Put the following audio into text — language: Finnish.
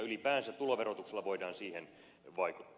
tuloverotuksella voidaan siihen vaikuttaa